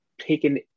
taken